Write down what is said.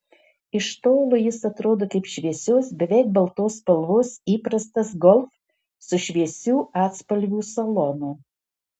iš tolo jis atrodo kaip šviesios beveik baltos spalvos įprastas golf su šviesių atspalvių salonu